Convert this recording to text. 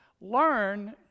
Learn